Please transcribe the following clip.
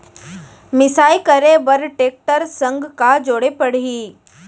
मिसाई करे बर टेकटर संग का जोड़े पड़ही?